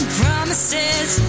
promises